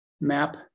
map